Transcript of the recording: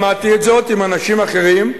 שמעתי זאת עם אנשים אחרים,